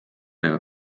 ega